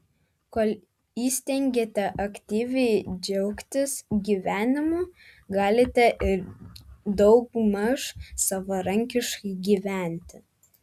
kol įstengiate aktyviai džiaugtis gyvenimu galite ir daugmaž savarankiškai gyventi